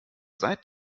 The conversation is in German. seit